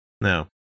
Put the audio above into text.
No